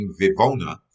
Vivona